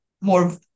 more